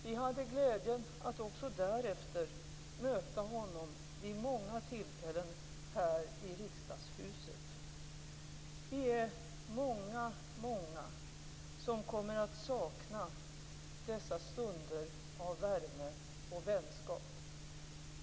Vi hade glädjen att också därefter möta honom vid många tillfällen här i riksdagshuset.